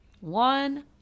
one